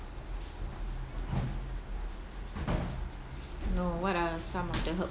oh no what are some of the hurt